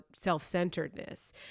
self-centeredness